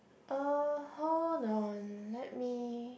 uh hold on let me